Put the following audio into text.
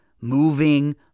Moving